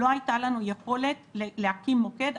לא הייתה לנו יכולת להקים מוקד.